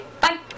bye